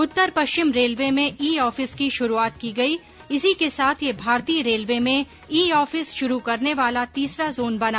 उत्तर पश्चिम रेलवे में e office की शुरूआत की गई इसी के साथ यह भारतीय रेलवे में ई ऑफिस शुरू करने वाला तीसरा जोन बना